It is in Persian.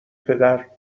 پدر